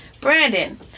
Brandon